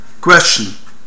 Question